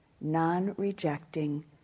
non-rejecting